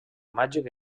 màgic